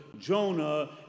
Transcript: Jonah